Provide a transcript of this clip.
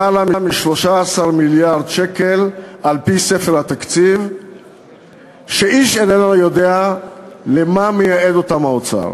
למעלה מ-13 מיליארד שקל שאיש איננו יודע למה מייעד אותם האוצר.